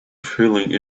feeling